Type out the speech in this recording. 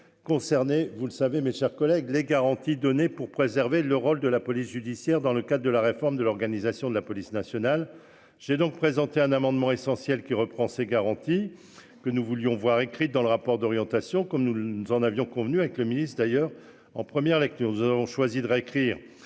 concernés, vous le savez, mes chers collègues, les garanties données pour préserver le rôle de la police judiciaire dans le cadre de la réforme de l'organisation de la police nationale. J'ai donc présenté un amendement essentielle qui reprend ses garanties que nous voulions voir écrites dans le rapport d'orientation comme nous, nous en avions convenu avec le ministre d'ailleurs en première lecture, nous avons choisi de réécrire